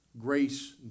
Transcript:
grace